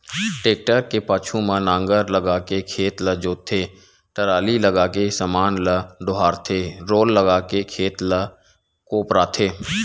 tractor के पाछू म नांगर लगाके खेत ल जोतथे, टराली लगाके समान ल डोहारथे रोलर लगाके खेत ल कोपराथे